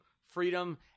freedom